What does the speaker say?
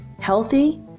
healthy